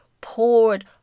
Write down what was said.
poured